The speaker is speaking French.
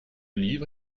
livre